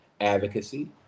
advocacy